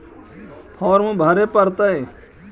Farm भरे परतय?